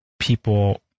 people